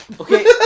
Okay